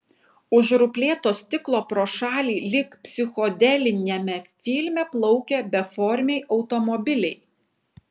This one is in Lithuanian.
už ruplėto stiklo pro šalį lyg psichodeliniame filme plaukė beformiai automobiliai